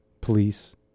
police